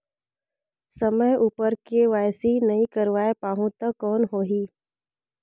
समय उपर के.वाई.सी नइ करवाय पाहुं तो कौन होही?